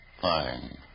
Fine